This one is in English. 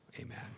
Amen